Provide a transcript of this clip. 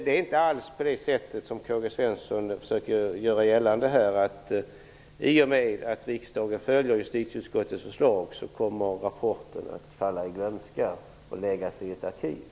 Det är inte alls på det sättet som K-G Svenson försöker göra gällande här, att i och med att riksdagen följer justitieutskottets förslag kommer rapporten att falla i glömska och läggas i ett arkiv.